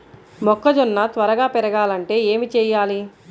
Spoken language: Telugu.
మొక్కజోన్న త్వరగా పెరగాలంటే ఏమి చెయ్యాలి?